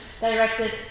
directed